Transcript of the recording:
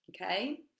okay